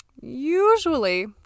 Usually